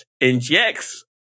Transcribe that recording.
injects